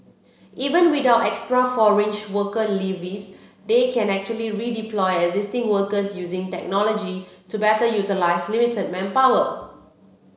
even without extra foreign worker levies they can actually redeploy existing workers using technology to better utilise limited manpower